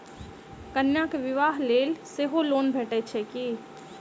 कन्याक बियाह लेल सेहो लोन भेटैत छैक की?